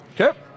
Okay